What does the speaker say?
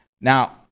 Now